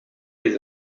les